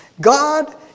God